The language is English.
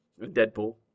Deadpool